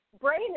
brain